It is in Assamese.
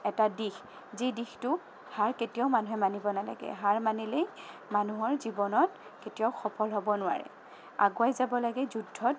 এটা দিশ যি দিশটো হাৰ কেতিয়াও মানুহে মানিব নালাগে হাৰ মানিলেই মানুহৰ জীৱনত কেতিয়াও সফল হ'ব নোৱাৰে আগুৱাই যাব লাগে যুদ্ধত